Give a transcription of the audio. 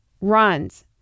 runs